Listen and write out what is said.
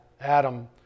Adam